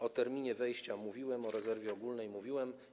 O terminie wejścia mówiłem, o rezerwie ogólnej mówiłem.